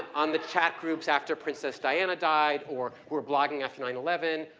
on the chat groups after princess diana died or were blogging after nine eleven.